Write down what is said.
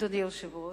אדוני היושב-ראש,